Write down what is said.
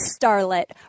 starlet